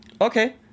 Okay